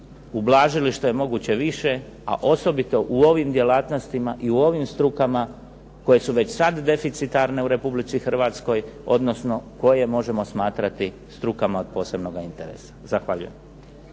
ublažili što je moguće više a osobito u ovim djelatnostima i u ovim strukama koje su već sada deficitarne u Republici Hrvatskoj odnosno koj emožemo smatrati strukama od posebnoga interesa. Zahvaljujem.